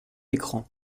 écran